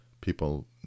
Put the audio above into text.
people